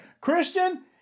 christian